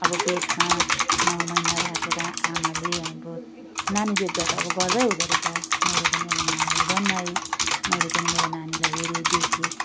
अब पेटमा नौ महिना राखेर आमाले अब नानी देख्दा त अब गर्वै हुँदोरहेछ मैले पनि अब नानीलाई जन्माएँ मैले पनि मेरो नानीलाई हेरेँ देखेँ